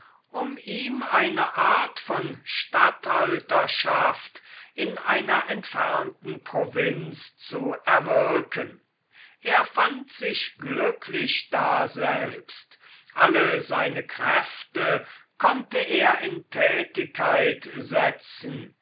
um ihm eine art von statthalterschaft in einer entfernten provinz zu erwirken er fand sich glücklich daselbst alle seine kräfte konnte er in tätigkeit setzen